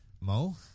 Mo